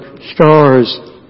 stars